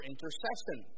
Intercession